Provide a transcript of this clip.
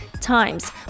times